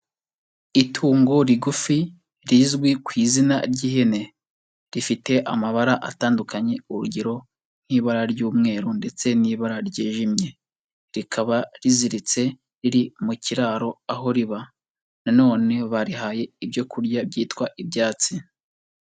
Itungo rigufi rizwi ku izina ry'ihene, rifite amabara atandukanye urugero nk'ibara ry'umweru ndetse n'ibara ryijimye, rikaba riziritse riri mu kiraro aho riba na none barihaye ibyo kurya byitwa ibyatsi.